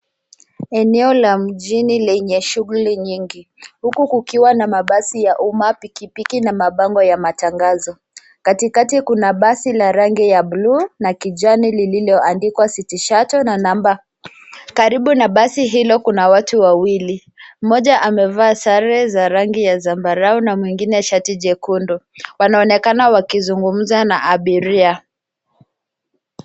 Eneo la mjini lenye shughuli nyingi huku kukiwa na mabsi ya umma, pikipiki na mabango ya matangazo. Katikati kuna basi la rangi ya blue na kijani lililoandikwa City Shuttle na namba. Karibu na basi hilo kuna watu wawili mmoja amevaa sare za rangi ya zambarau na mwingine shati jekundu. Wanaonekana wakizungumza na abiria.